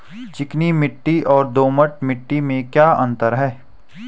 चिकनी मिट्टी और दोमट मिट्टी में क्या अंतर है?